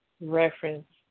reference